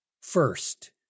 First